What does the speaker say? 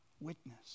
witness